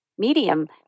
medium